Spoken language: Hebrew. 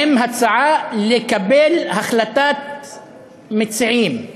עם הצעה לקבל הצעת מחליטים